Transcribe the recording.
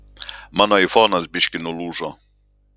mano aifonas biškį nulūžo